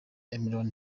imran